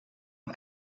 een